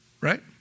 right